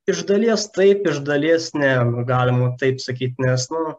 iš dalies taip iš dalies ne galima taip sakyt nes nu